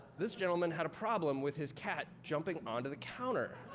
this gentleman had a problem with his cat jumping onto the counter.